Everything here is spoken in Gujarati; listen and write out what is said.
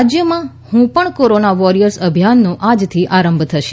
રાજ્યમાં હૃં પણ કોરોના વોરિયર અભિયાનનો આજથી આરંભ થશે